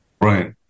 Right